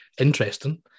interesting